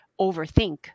overthink